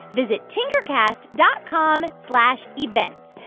visit tinkercast dot com slash events.